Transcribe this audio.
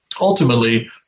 Ultimately